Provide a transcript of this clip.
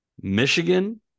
Michigan